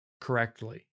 correctly